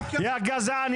יא גזען,